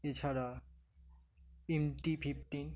এছাড়া M T fifteen